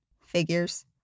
Figures